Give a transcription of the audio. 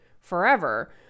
forever